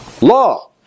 law